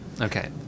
Okay